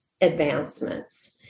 advancements